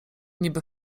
niby